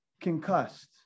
concussed